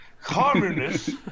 Communists